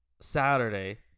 Saturday